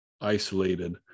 isolated